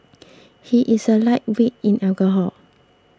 he is a lightweight in alcohol